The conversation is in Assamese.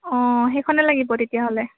অঁ সেইখনেই লাগিব তেতিয়া হ'লে